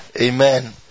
Amen